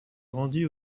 grandit